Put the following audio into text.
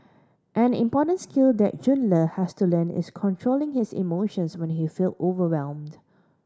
an important skill that Jun Le has to learn is controlling his emotions when he feel overwhelmed